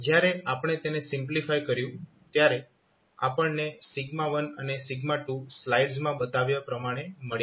જ્યારે આપણે તેને સિમ્પ્લિફાય કર્યું ત્યારે આપણને 1 અને 2 સ્લાઇડ્સમાં બતાવ્યા પ્રમાણે મળ્યાં